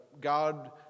God